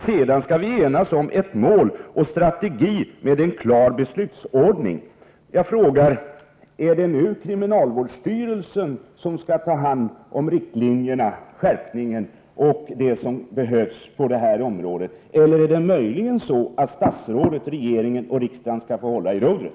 Sedan skall vi enas om ett mål och en strategi med en klar beslutsordning.” Jag frågar: Är det nu kriminalvårdsstyrelsen som skall ta hand om riktlinjerna för den skärpning som behövs på det här området, eller är det möjligen så att statsrådet, regeringen och riksdagen skall få hålla i rodret?